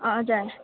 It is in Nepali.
हजुर